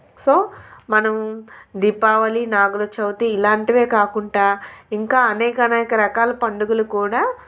so మనం దీపావళి నాగుల చవితి ఇలాంటివే కాకుండా ఇంకా అనేక అనేక రకాల పండుగలు కూడా